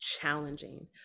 challenging